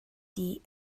tih